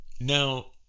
Now